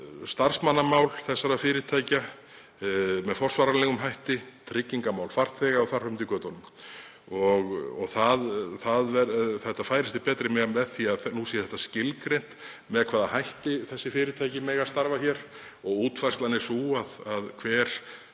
starfsmannamál slíkra fyrirtækja með forsvaranlegum hætti, tryggingamál farþega og þar fram eftir götunum. Þetta færist til betri vegar með því að nú er skilgreint með hvaða hætti þessi fyrirtæki mega starfa hér og útfærslan er sú að hver